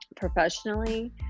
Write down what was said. professionally